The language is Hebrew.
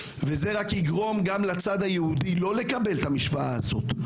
ויגרום גם לצד היהודי לא לקבל את המשוואה הזאת.